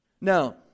Now